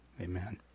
amen